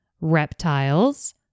reptiles